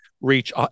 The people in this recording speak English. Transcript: reach